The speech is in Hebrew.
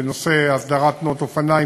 בנושא הסדרת תנועת אופניים,